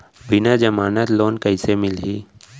बिना जमानत लोन कइसे मिलही?